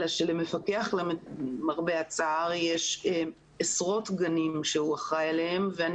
אלא שלמפקח למרבה הצער יש עשרות גנים שהוא אחראי עליהם ואני